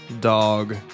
dog